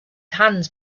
hands